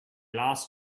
last